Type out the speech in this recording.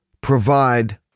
provide